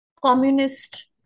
communist